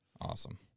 awesome